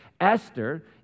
Esther